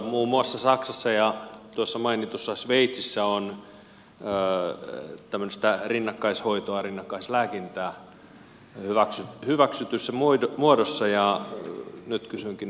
muun muassa saksassa ja mainitussa sveitsissä on tämmöistä rinnakkaishoitoa rinnakkaislääkintää hyväksytyssä muodossa ja nyt kysynkin